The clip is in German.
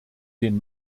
den